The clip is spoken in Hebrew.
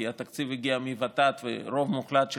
כי התקציב הגיע מוות"ת והרוב המוחלט של